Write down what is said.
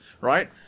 Right